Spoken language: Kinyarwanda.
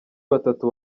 batatu